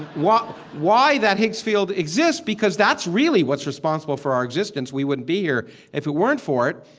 why why that higgs field exists because that's really what's responsible for our existence. we wouldn't be here if it weren't for it.